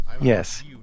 Yes